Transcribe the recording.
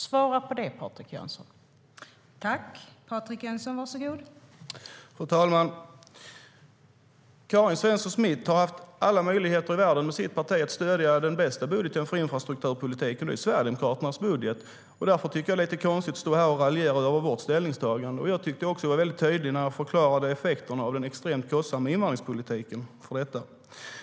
Svara på det, Patrik Jönsson!